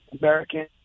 American